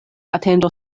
atendo